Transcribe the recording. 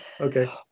okay